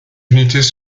unités